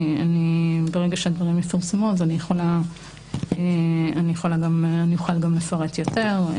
ברגע שהדברים יפורסמו אני אוכל גם לפרט יותר.